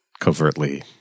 covertly